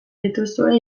dituzue